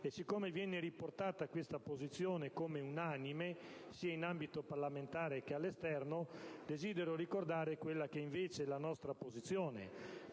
e siccome viene riportata questa posizione come unanime, sia in ambito parlamentare che all'esterno, desidero ricordare quella che invece era ed è la nostra posizione.